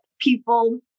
people